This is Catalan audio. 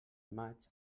maig